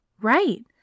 Right